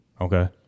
Okay